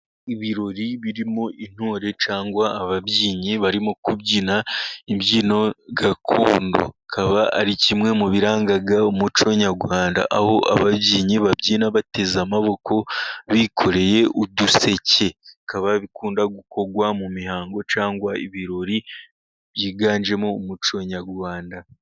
Ibirori birimo intore cyangwa ababyinnyi barimo kubyina imbyino gakondo. Akaba ari kimwe mu biranga umuco nyarwanda, aho ababyinnyi babyina bateze amaboko, bikoreye uduseke. Bikaba bikunda gukorwa mu mihango cyangwa ibirori, byiganjemo umuco nyarwanda.